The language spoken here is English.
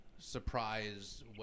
Surprise